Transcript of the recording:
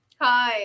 Hi